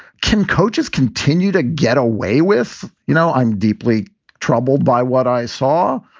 can coaches continue to get away with. you know, i'm deeply troubled by what i saw.